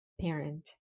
parent